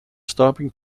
stopping